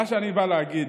מה שאני בא להגיד,